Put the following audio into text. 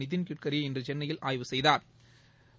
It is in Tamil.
நிதின்கட்கரி இன்று சென்னையில் ஆய்வு செய்தாா்